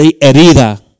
herida